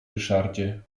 ryszardzie